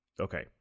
Okay